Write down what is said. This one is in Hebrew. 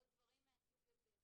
או דברים מהסוג הזה.